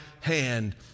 hand